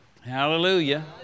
Hallelujah